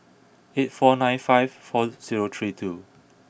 eight four nine five four zero three two